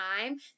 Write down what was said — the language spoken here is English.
time